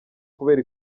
kubera